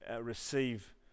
receive